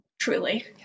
Truly